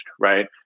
right